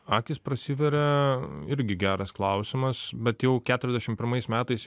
akys prasiveria irgi geras klausimas bet jau keturiasdešim pirmais metais